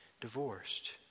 divorced